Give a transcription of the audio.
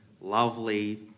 lovely